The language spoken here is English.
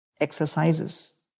exercises